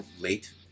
late